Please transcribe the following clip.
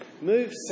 Move